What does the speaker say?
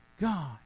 God